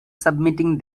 submitting